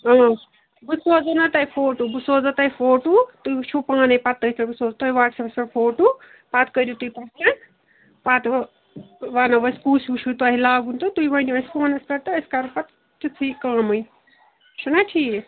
اۭں بہٕ سوزو نَہ تۄہہِ فوٹو بہٕ سوزو تۄہہِ فوٹو تُہۍ وچھو پانے پتہٕ تُہۍ تٔتھۍ پٮ۪ٹھ بہٕ سوزو تۄہہِ وٹٕس اَپس پٮ۪ٹھ فوٹو پتہٕ کٔرِو تُہۍ پسند پتہٕ وَنو أسۍ کُس ہیٚو چھُو تۄہہِ لاگُن تہٕ تُہۍ ؤنو اسہِ فونس پٮ۪ٹھ تہٕ أسۍ کَرو پتہٕ تِژھٕے کٲمٕے چھُنَہ ٹھیٖک